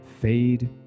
fade